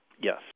Yes